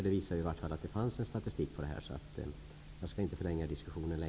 Det visar att det i alla fall finns en statistik över detta. Jag skall därför inte förlänga diskussionen.